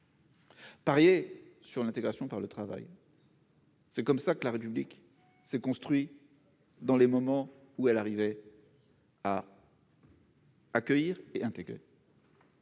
Parier sur l'intégration par le travail. C'est comme ça que la République s'est construit dans les moments où, à l'arrivée. Accueillir et intégrer.